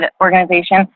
organization